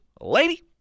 Lady